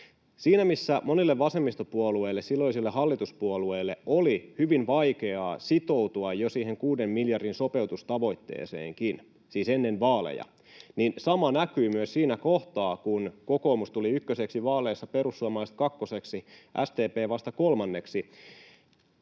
Siinä missä monelle vasemmistopuolueelle, silloiselle hallituspuolueelle, oli hyvin vaikeaa sitoutua jo siihen kuuden miljardin sopeutustavoitteeseenkin, siis ennen vaaleja, niin sama näkyi myös siinä kohtaa, kun kokoomus tuli ykköseksi vaaleissa, perussuomalaiset kakkoseksi, SDP vasta kolmanneksi.